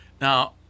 Now